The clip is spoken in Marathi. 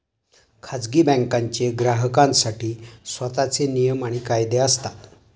खाजगी बँकांचे ग्राहकांसाठी स्वतःचे नियम आणि कायदे असतात